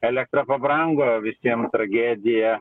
elektra pabrango visiem tragedija